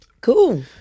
Cool